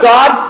God